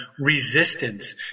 resistance